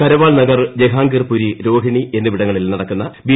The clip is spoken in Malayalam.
കരവാൾ നഗർ ജഹാംഗീർ പുരി രോഹിണി എന്നിവിടങ്ങളിൽ നടക്കുന്ന ബി